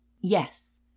Yes